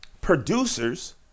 Producers